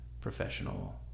professional